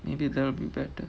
maybe that will be better